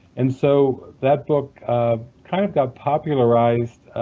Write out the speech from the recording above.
and so that book kind of got popularized.